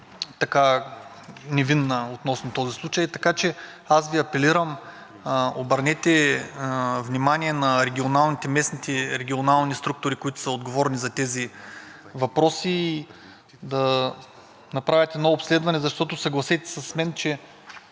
е невинна относно този случай. Аз апелирам: обърнете внимание на местните регионални структури, които са отговорни за тези въпроси, да направят едно обследване, защото, съгласете се с мен, че